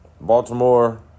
Baltimore